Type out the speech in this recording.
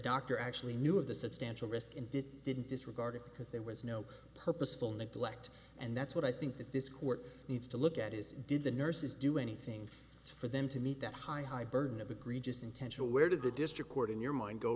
doctor actually knew of the substantial risk and did didn't disregard it because there was no purposeful neglect and that's what i think that this court needs to look at is did the nurses do anything for them to meet that high high burden of egregious intentional where did the district court in your mind go